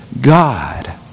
God